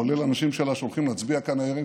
כולל האנשים שלה שהולכים להצביע כאן הערב,